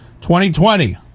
2020